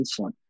insulin